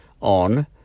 on